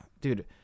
Dude